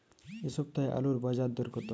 এ সপ্তাহে আলুর বাজার দর কত?